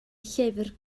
llyfr